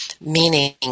meaning